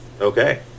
Okay